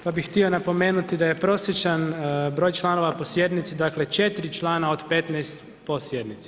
Pa bih htio napomenuti da je prosječan broj članova po sjednici dakle, 4 člana od 15 po sjednici.